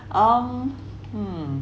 um hmm